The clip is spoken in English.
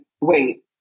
wait